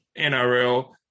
NRL